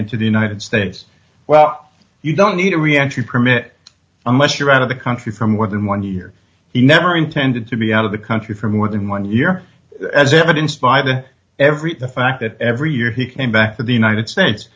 into the united states well you don't need a reaction permit unless you're out of the country for more than one year he never intended to be out of the country for more than one year as evidenced by the every the fact that every year he came back to the united states